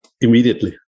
immediately